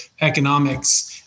economics